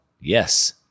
yes